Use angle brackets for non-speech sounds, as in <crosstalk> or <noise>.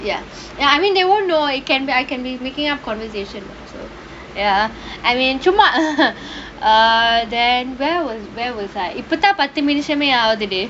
ya I mean they won't know it can be I can be making up conversation also ya I mean சும்மா:chumma <laughs> err then where where was I இப்ப தான் பத்து நிமிஷமே ஆவுதுடி:ippa thaan pathu nimishamae aavuthudi